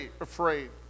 afraid